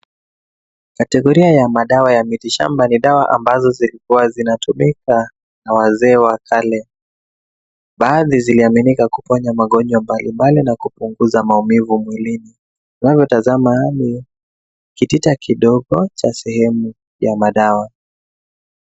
Kategoria ya madawa ya mitishamba. Ni dawa ambazo zilikua zinatumika na wazee wa kale. Baadhi ziliaminika kuponya magonjwa mbalimbali na kupunguza maumivu. Tunachotazama ni kitiya kidogo cha sehemu ya madawa.